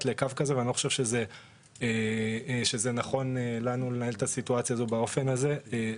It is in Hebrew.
לקו כזה ואני חושב שזה לא נכון לנו לנהל את הסיטואציה הזאת באופן הזה.